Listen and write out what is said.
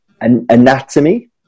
anatomy